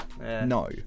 No